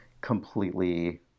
completely